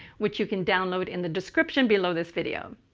which you can download in the description below this video.